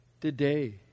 today